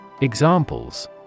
Examples